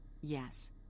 yes